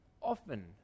Often